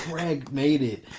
greg made it!